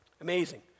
Amazing